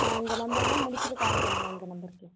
ஆ இந்த நம்பர் தான் முடிச்சுவிட்டு கால் பண்ணுங்கள் இந்த நம்பர்க்கே